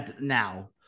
now